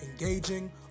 engaging